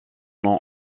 non